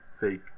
fake